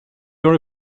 your